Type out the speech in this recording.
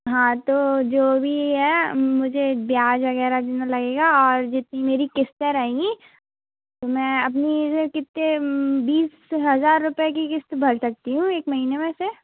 हाँ तो जो भी है मुझे ब्याज वग़ैरह जितना लगेगा और जितनी मेरी किस्तें रहेंगी मैं अपनी कितने बीस हज़ार रुपये की किस्त भर सकती हूँ एक महीने में से